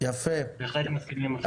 ובהחלט מסכימים עם הדברים.